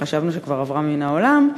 שחשבנו שכבר עברה מן העולם.